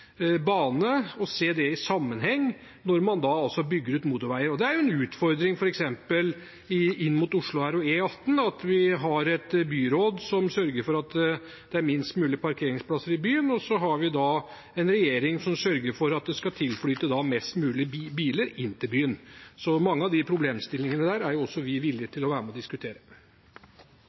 bane når man bygger ut motorveier. Det er en utfordring f.eks. inn mot Oslo – med E18 – at vi har et byråd som sørger for at det er minst mulig parkeringsplasser i byen, og en regjering i dag som sørger for en flyt av mest mulig biler inn til byen. Mange av de problemstillingene er også vi villige til å være med og diskutere.